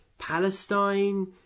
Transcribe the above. Palestine